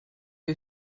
you